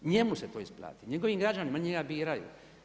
Njemu se to isplati, njegovim građanima, oni njega biraju.